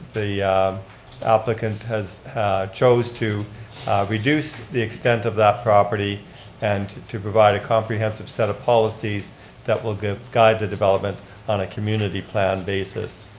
the applicant chose to reduce the extent of that property and to provide a comprehensive set of policies that will guide guide the development on a community plan basis.